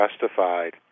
justified